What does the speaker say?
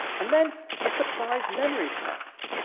and then a surprise memory test.